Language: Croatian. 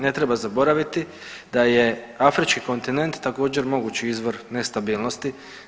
Ne treba zaboraviti da je afrički kontinent također mogući izvor nestabilnosti.